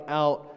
out